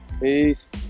Peace